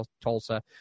Tulsa